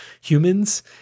humans